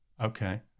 Okay